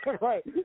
Right